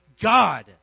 god